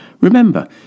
Remember